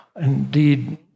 Indeed